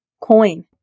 coin